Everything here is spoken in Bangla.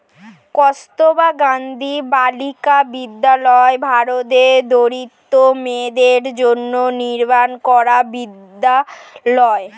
কস্তুরবা গান্ধী বালিকা বিদ্যালয় ভারতের দরিদ্র মেয়েদের জন্য নির্মাণ করা বিদ্যালয়